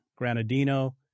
Granadino